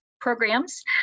programs